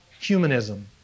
humanism